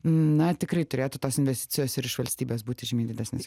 na tikrai turėtų tos investicijos ir iš valstybės būti žymiai didesnės